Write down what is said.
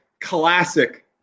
Classic